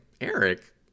Eric